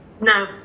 No